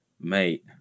mate